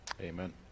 Amen